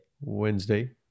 Wednesday